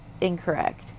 incorrect